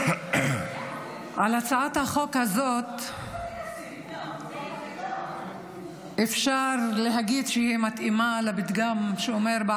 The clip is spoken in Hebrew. על הצעת החוק הזאת אפשר להגיד שהיא מתאימה לפתגם בערבית שאומר: